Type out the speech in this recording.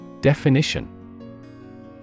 Definition